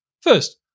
First